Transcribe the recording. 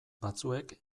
batzuek